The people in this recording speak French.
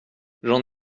j’en